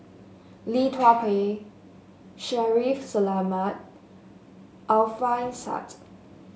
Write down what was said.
Lee Tua Bai Shaffiq Selamat Alfian Sa'at